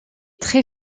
très